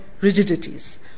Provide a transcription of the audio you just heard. rigidities